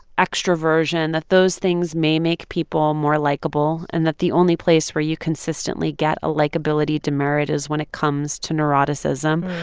extroversion, that those things may make people more likable and that the only place where you consistently get a likability demerit is when it comes to neuroticism.